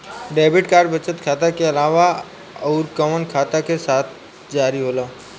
Debit card बचत खाता के अलावा अउरकवन खाता के साथ जारी होला?